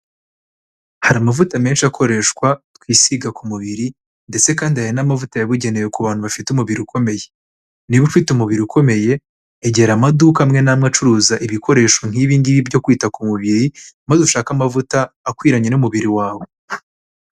Hari amavuta menshi akoreshwa twisiga ku mubiri ndetse kandi hari n'amavuta yabugenewe ku bantu bafite umubiri ukomeye. Niba ufite umubiri ukomeye, egera amaduka amwe n'amwe acuruza ibikoresho nk'ibi ngibi byo kwita ku mubiri, maze ushake amavuta akwiranye n'umubiri wawe.